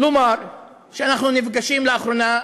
לומר שאנחנו נפגשים לאחרונה,